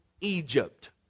Egypt